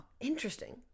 Interesting